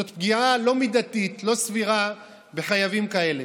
זאת פגיעה לא מידתית, לא סבירה, בחייבים כאלה.